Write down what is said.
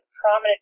prominent